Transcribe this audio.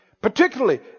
Particularly